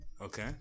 Okay